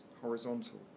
horizontal